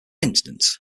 instance